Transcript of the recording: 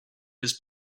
his